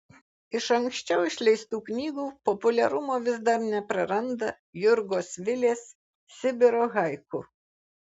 iš anksčiau išleistų knygų populiarumo vis dar nepraranda jurgos vilės sibiro haiku